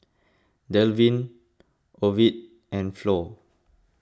Delvin Ovid and Flor